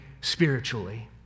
spiritually